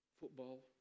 football